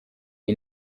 iyi